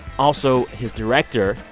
also, his director,